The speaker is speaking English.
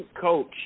coach